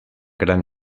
gran